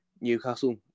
Newcastle